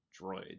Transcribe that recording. droid